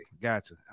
gotcha